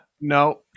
No